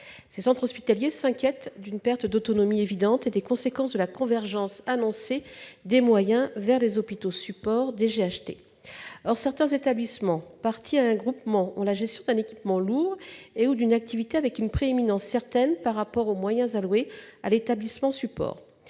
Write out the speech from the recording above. Ces derniers s'inquiètent d'une perte d'autonomie évidente et des conséquences de la concentration annoncée des moyens dans les hôpitaux supports des GHT. Or, certains établissements parties à un groupement assurent la gestion d'un équipement lourd et/ou l'exercice d'une activité avec une prééminence certaine par rapport à l'établissement support.